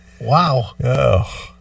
wow